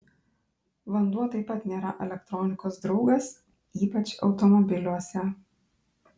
vanduo taip pat nėra elektronikos draugas ypač automobiliuose